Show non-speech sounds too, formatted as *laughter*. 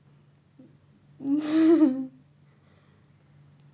*laughs*